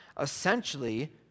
essentially